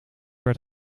werd